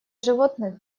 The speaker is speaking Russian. животных